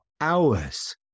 hours